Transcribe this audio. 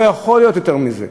לא יכול להיות יותר מזה.